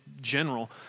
general